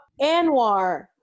Anwar